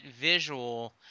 visual